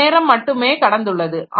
சிறிது நேரம் மட்டுமே கடந்துள்ளது